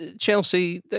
Chelsea